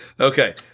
Okay